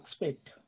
expect